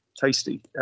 tasty